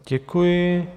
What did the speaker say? Děkuji.